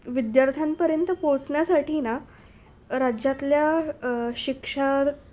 विद्यार्थ्यांपर्यंत पोचण्यासाठी ना राज्यातल्या शिक्षा